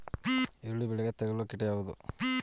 ಈರುಳ್ಳಿ ಬೆಳೆಗೆ ತಗಲುವ ಕೀಟಗಳು ಯಾವುವು?